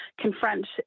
confront